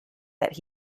that